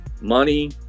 money